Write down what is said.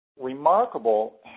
remarkable